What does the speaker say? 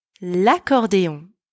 l'accordéon